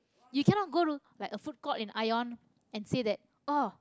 you cannot go to like a food court in ion and say that oh